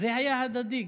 זה היה הדדי.